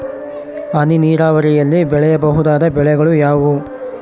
ಹನಿ ನೇರಾವರಿಯಲ್ಲಿ ಬೆಳೆಯಬಹುದಾದ ಬೆಳೆಗಳು ಯಾವುವು?